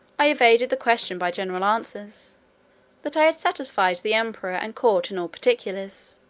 i evaded the question by general answers that i had satisfied the emperor and court in all particulars.